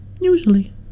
Usually